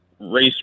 race